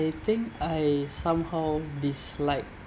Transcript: I think I somehow dislike